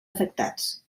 afectats